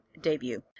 debut